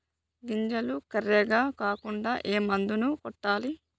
గింజలు కర్రెగ కాకుండా ఏ మందును కొట్టాలి?